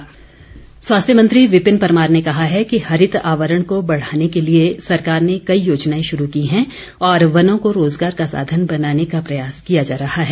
विपिन परमार स्वास्थ्य मंत्री विपिन परमार ने कहा है कि हरित आवरण को बढ़ाने के लिए सरकार ने कई योजनाएं शुरू की हैं और वनों को रोजगार का साधन बनाने का प्रयास किया जा रहा है